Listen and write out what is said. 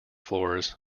floors